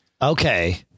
Okay